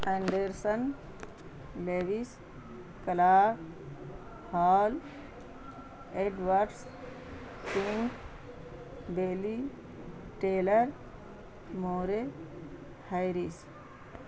Anderson Lewis Clark Hall Edwards Ken Bailey Taylor Moore Harris